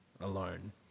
alone